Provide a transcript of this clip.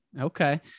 Okay